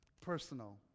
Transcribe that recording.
personal